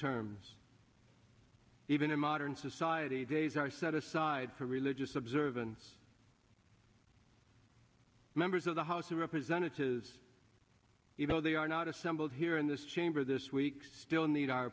terms even in modern society days i set aside for religious observance members of the house of representatives even though they are not assembled here in this chamber this week still need our